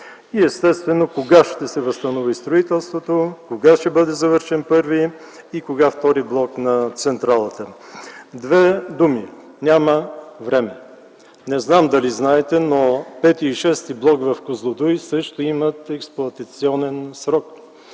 И естествено, кога ще се възстанови строителството, кога ще бъде завършен първи и кога втори блок на централата? Две думи – няма време! Не знам дали знаете, но пети и шести блок в „Козлодуй” също имат експлоатационен срок